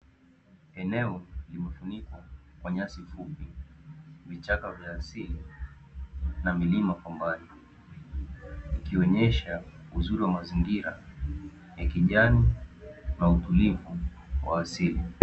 Eneo limefunikwa kwa nyasi fupi, vichaka vya asili na milima kwa mbali, ikionyesha uzuri wa mazingira ya kijani na utulivu wa asili.